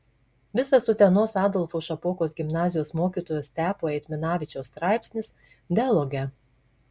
visas utenos adolfo šapokos gimnazijos mokytojo stepo eitminavičiaus straipsnis dialoge